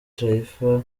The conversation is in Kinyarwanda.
taifa